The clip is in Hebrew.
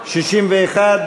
61?